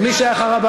תמשיך.